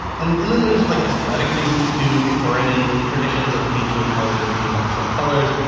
and and then there's like aesthetic reasons too, victorian traditions of painting houses in natural colors.